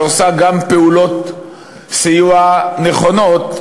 שעושה פעולות סיוע נכונות,